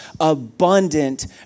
abundant